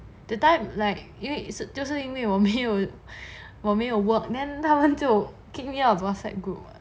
that time like 因为就是因为我没有我没有 work then 他们就 kick me out of whatsapp group [what]